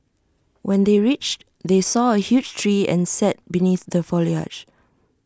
when they reached they saw A huge tree and sat beneath the foliage